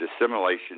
assimilation